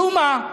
משום מה,